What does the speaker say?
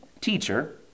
Teacher